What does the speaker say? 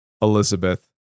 Elizabeth